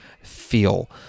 feel